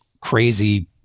crazy